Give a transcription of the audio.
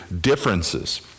differences